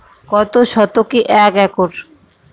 কত শতকে এক একর?